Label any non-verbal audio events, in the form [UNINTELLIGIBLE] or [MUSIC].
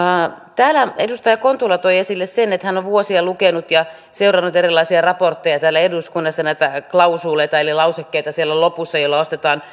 täällä edustaja kontula toi esille sen että hän on vuosia lukenut ja seurannut erilaisia raportteja täällä eduskunnassa näitä klausuuleita eli lausekkeita siellä lopussa joilla ostetaan [UNINTELLIGIBLE]